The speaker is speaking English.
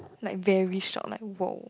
like very shocked like !woah!